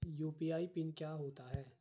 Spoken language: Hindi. यु.पी.आई पिन क्या होता है?